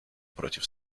против